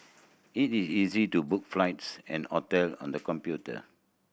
it is easy to book flights and hotel on the computer